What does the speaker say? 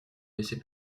laissez